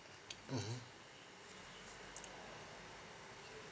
mmhmm